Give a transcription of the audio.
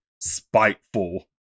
spiteful